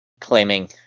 claiming